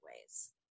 ways